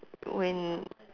when